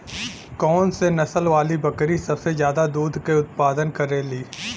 कौन से नसल वाली बकरी सबसे ज्यादा दूध क उतपादन करेली?